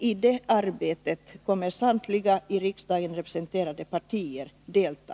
I det arbetet kommer samtliga i riksdagen representerade partier att delta.